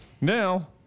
Now